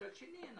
מצד שני,